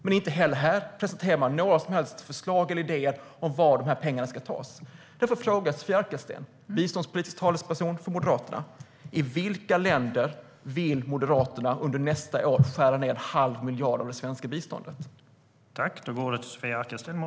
Men inte heller här presenterar man några som helst förslag eller idéer om varifrån pengarna ska tas. Därför vill jag ställa en fråga till Sofia Arkelsten, biståndspolitisk talesperson för Moderaterna. I vilka länder vill Moderaterna under nästa år skära ned en halv miljard av det svenska biståndet?